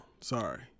Sorry